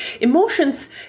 Emotions